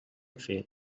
fer